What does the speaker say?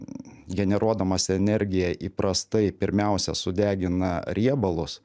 generuodamas energiją įprastai pirmiausia sudegina riebalus